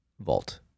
vault